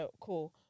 cool